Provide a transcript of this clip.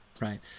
Right